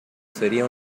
sería